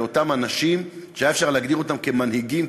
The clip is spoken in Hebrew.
לאותם אנשים שהיה אפשר להגדיר אותם כמנהיגים,